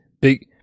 big